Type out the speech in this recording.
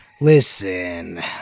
Listen